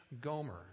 Gomer